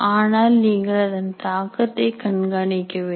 ஆனால் நீங்கள் அதன் தாக்கத்தை கண்காணிக்க வேண்டும்